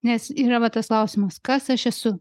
nes yra va tas klausimas kas aš esu